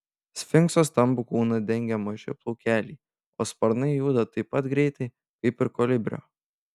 sfinkso stambų kūną dengia maži plaukeliai o sparnai juda taip pat greitai kaip ir kolibrio